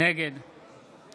נגד